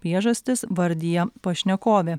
priežastis vardija pašnekovė